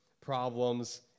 problems